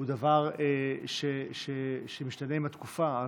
דבר שמשתנה עם התקופה.